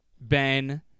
Ben